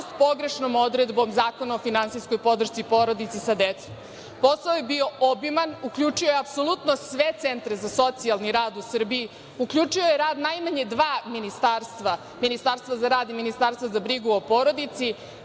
pogrešnom odredbom Zakona o finansijskoj podršci porodici sa decom. Posao je bio obiman. Uključio je apsolutno sve centre za socijalni rad u Srbiji. Uključio je rad najmanje dva ministarstva, Ministarstvo za rad i Ministarstvo za brigu o porodici